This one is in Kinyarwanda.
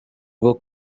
bwo